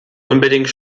unbedingt